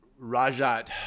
Rajat